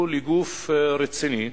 שהוא של גוף רציני,